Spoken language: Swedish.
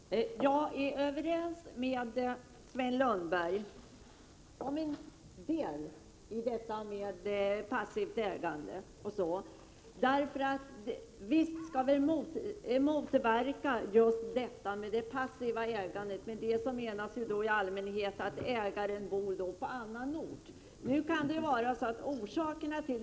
Fru talman! Jag instämmer i en del av vad Sven Lundberg sade om passivt ägande. Visst skall vi motverka det passiva ägandet — med det menas i allmänhet att ägaren bor på annan ort.